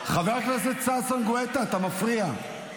אתה מפריע.